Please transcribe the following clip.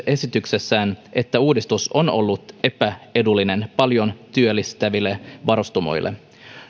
esityksessään myös että uudistus on ollut epäedullinen paljon työllistäville varustamoille